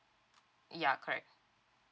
ya correct